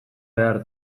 behar